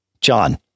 John